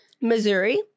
Missouri